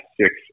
six